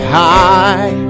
high